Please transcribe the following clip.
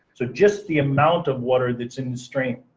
so just the amount of water that's in the stream,